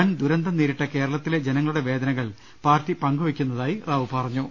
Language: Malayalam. വൻ ദുരന്തം നേരിട്ട കേരളത്തിലെ ജനങ്ങളുടെ വേദനകൾ പാർട്ടി പങ്കുവെയ്ക്കുന്നതായി റാവു പറഞ്ഞു